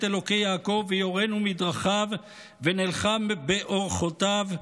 אלהי יעקב וְיֹרֵנוּ מדרכיו ונלכה בְּאֹרְחֹתָיו.